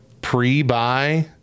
pre-buy